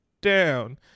down